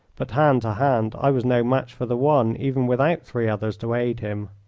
but, hand to hand, i was no match for the one even without three others to aid him.